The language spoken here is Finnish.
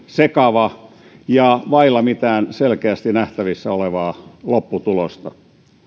sekava ja vailla mitään selkeästi nähtävissä olevaa lopputulosta